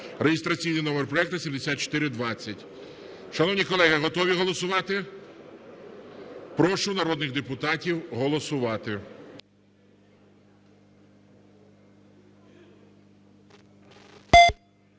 (реєстраційний номер проекту 7420). Шановні колеги! Готові голосувати? Прошу народних депутатів голосувати.